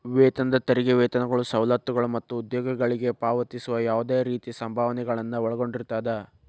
ವೇತನದಾರ ತೆರಿಗೆ ವೇತನಗಳು ಸವಲತ್ತುಗಳು ಮತ್ತ ಉದ್ಯೋಗಿಗಳಿಗೆ ಪಾವತಿಸುವ ಯಾವ್ದ್ ರೇತಿ ಸಂಭಾವನೆಗಳನ್ನ ಒಳಗೊಂಡಿರ್ತದ